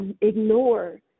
ignore